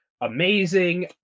amazing